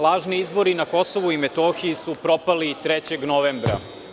Lažni izbori na Kosovu i Metohiji su propali 3. novembra.